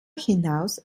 hinaus